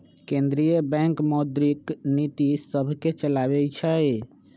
केंद्रीय बैंक मौद्रिक नीतिय सभके चलाबइ छइ